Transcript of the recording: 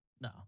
No